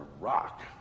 rock